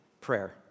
prayer